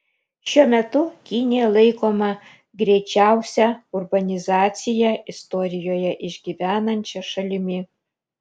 šiuo metu kinija laikoma greičiausią urbanizaciją istorijoje išgyvenančia šalimi